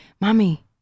Mommy